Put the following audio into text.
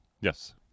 Yes